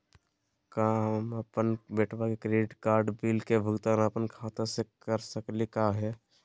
का हम अपन बेटवा के क्रेडिट कार्ड बिल के भुगतान अपन खाता स कर सकली का हे?